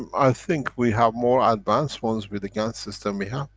um i think we have more advanced ones with the gans system we have.